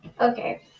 Okay